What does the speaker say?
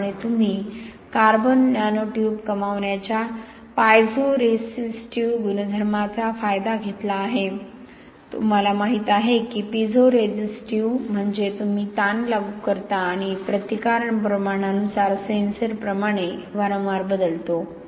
त्यामुळे तुम्ही carbon nanotube कमावण्याच्या पायझोरेसिस्टीव्ह गुणधर्माचा फायदा घेतला आहे तुम्हाला माहिती आहे की पिझोरेसिस्टीव्ह म्हणजे तुम्ही ताण लागू करता आणि प्रतिकार प्रमाणानुसार सेन्सर प्रमाणे वारंवार बदलतो